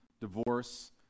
divorce